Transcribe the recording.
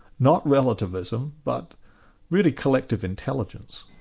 not relativism, but really collective intelligence.